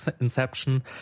inception